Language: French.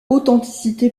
authenticité